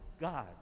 God